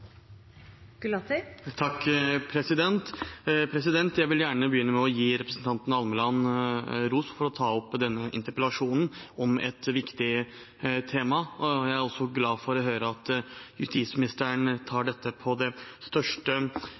Jeg vil gjerne begynne med å gi representanten Almeland ros for å ta opp denne interpellasjonen om et viktig tema. Jeg er også glad for å høre at justisministeren tar dette på største